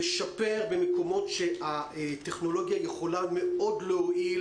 לשפר במקומות שהטכנולוגיה יכולה מאוד להועיל